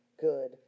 good